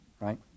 right